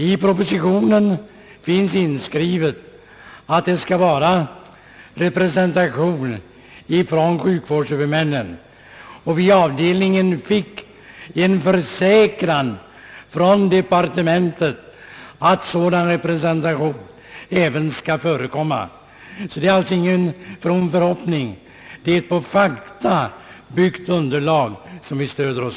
I propositionen heter det att sjukvårdshuvudmännen skall vara representerade, och avdelningen fick en försäkran från departementet att sådan representation skall förekomma. Det är alltså ingen tom förhoppning. Det är på ett på fakta byggt underlag som vi stöder oss.